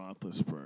Roethlisberger